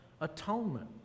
atonement